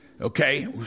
Okay